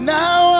now